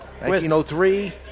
1903